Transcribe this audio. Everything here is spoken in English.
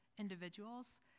individuals